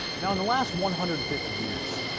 now in the last one hundred and fifty years,